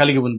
కలిగి ఉంది